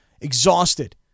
Exhausted